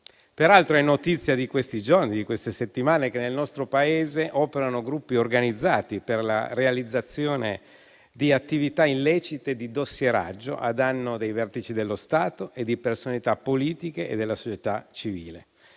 peraltro notizia di queste settimane che nel nostro Paese operano gruppi organizzati per la realizzazione di attività illecite di dossieraggio a danno dei vertici dello Stato e di personalità politiche e della società civile.